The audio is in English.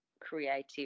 creative